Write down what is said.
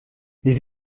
les